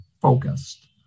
focused